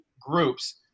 groups